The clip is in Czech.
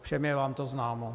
Všem je vám to známo.